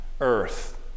earth